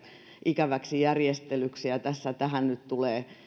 ikäväksi järjestelyksi ja ja tässä tähän nyt tulee